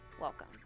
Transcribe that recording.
Welcome